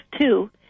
two